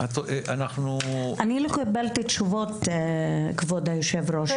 אני לא קיבלתי תשובות לשאלות שלי.